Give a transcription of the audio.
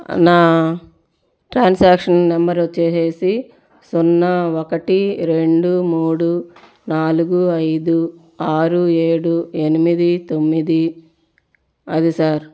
నా transaction number వచ్చేసి సున్నా ఒకటి రెండు మూడు నాలుగు ఐదు ఆరు ఏడు ఎనిమిది తొమ్మిది అది సర్